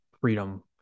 Freedom